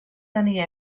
tenir